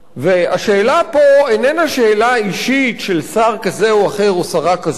השאלה פה איננה שאלה אישית של שר כזה או אחר או שרה כזאת או אחרת.